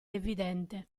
evidente